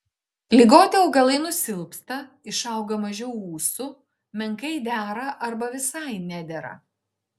ligoti augalai nusilpsta išauga mažiau ūsų menkai dera arba visai nedera